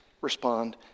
respond